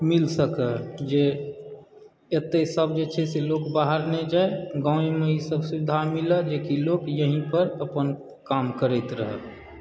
मिल सकय जे एतयसभ जे छै लोक बाहर नहि जाय गाँवेमऽ इसभ सुविधा मिलय जेकि लोक यही पर अपन काम करैत रहय